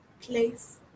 place